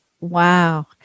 Wow